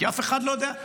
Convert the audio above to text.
כי אף אחד לא יודע,